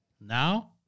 Now